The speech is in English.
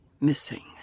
missing